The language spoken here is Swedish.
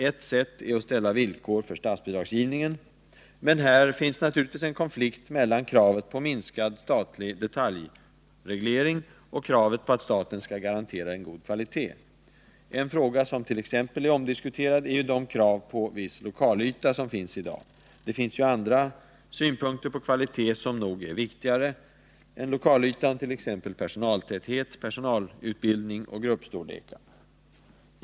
Ett sätt är att ställa upp villkor för statsbidragsgivningen, men här finns naturligtvis en konflikt mellan kravet på minskad statlig detaljreglering och kravet på att staten skall garantera en god kvalitet. En fråga som är omdiskuterad är det xrav på viss lokalyta som i dag finns. Det finns ju andra synpunkter på kvalitet som nog är viktigare än lokalytan, t.ex. personaltäthet, personalutbildning och gruppstorlekar.